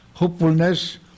hopefulness